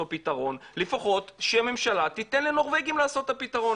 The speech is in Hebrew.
פתרון לפחות שהממשלה תיתן לנורבגים לעשות את הפתרון.